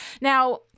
Now